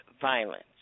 violence